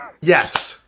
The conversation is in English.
Yes